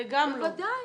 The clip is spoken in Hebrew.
בוודאי.